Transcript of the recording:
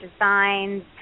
designs